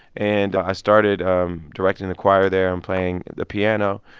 and i started um directing the choir there and playing the piano.